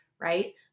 Right